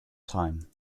time